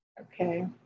Okay